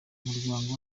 umuryango